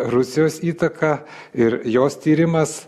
rusijos įtaka ir jos tyrimas